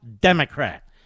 Democrat